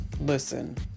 listen